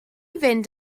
fynd